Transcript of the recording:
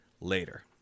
later